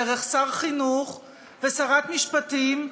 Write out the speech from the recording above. דרך שר החינוך ושרת המשפטים,